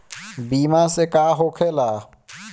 बीमा से का होखेला?